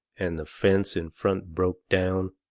and the fence in front broke down.